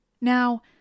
Now